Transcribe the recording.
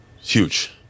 huge